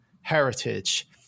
heritage